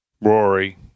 Rory